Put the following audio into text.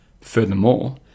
Furthermore